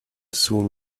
soon